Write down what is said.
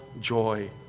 joy